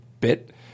bit –